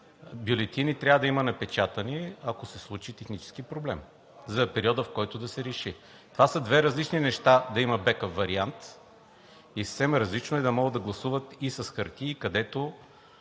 После, трябва да има напечатани бюлетини, ако се случи технически проблем за периода, в който да се реши. Това са две различни неща – да има бекъп вариант, и съвсем различно е да могат да гласуват и с хартии, където